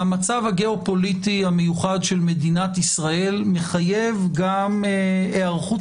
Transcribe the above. המצב הגיאופוליטי המיוחד של מדינת ישראל מחייב גם היערכות